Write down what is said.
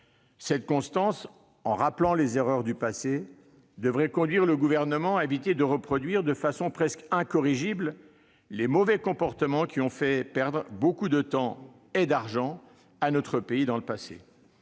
Cette constance, en rappelant les erreurs du passé, devrait conduire le Gouvernement à éviter de reproduire de manière presque incorrigible les mauvais comportements qui ont fait perdre beaucoup de temps et d'argent à notre pays antérieurement.